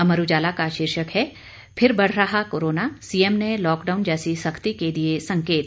अमर उजाला का शीर्षक है फिर बढ़ रहा कोरोना सीएम ने लॉकडाउन जैसी सख्ती के दिए संकेत